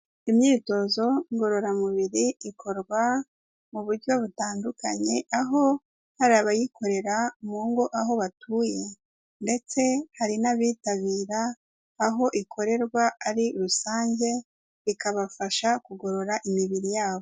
Imyitozo ngororamubiri ikorwa, mu buryo butandukanye, aho hari abayikorera mu ngo aho batuye, ndetse hari n'abitabira, aho ikorerwa ari rusange, bikabafasha kugorora imibiri yabo.